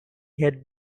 had